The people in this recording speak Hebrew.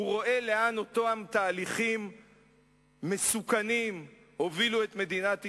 הוא רואה לאן אותם תהליכים מסוכנים הובילו את מדינת ישראל.